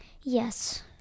yes